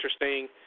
interesting